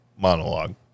monologue